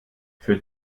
für